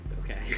Okay